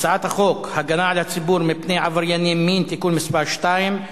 הצעת חוק הגנה על הציבור מפני עברייני מין (תיקון מס' 2),